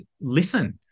listen